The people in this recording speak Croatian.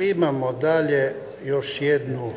Imamo dalje još jednu